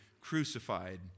crucified